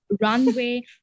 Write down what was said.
runway